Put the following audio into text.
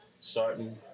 starting